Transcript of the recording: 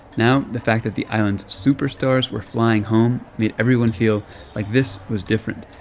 now the fact that the island's superstars were flying home made everyone feel like this was different.